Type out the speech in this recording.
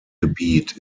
gebiet